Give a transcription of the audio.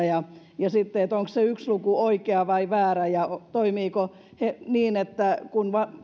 ja sitten on se että onko se yksi luku oikea vai väärä ja toimiiko se ettei vain käy niin että kun